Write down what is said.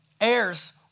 heirs